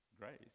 grace